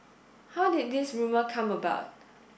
how did this rumour come about